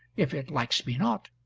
if it likes me not?